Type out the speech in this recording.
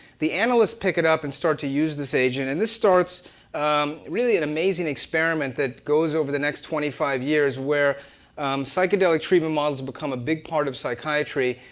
the analysts pick it up and start to use this agent, and this starts really an amazing experiment that goes over the next twenty five years, where psychedelic treatment models become a big part of psychiatry.